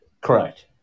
Correct